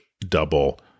double